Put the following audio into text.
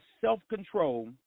self-control